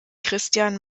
christian